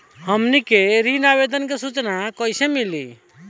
हमनी के ऋण आवेदन के सूचना कैसे मिली?